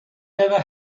never